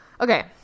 Okay